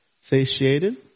Satiated